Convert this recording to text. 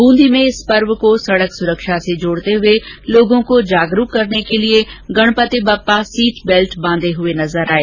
बूंदी में इस पर्व को सडक सुरक्षा से जोडते हुए लोगों को जागरुक करने के लिए गणपति बप्पा सीट बेल्ट बांधे हुए नजर आये